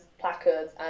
placards